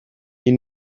you